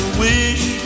wish